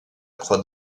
croix